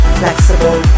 flexible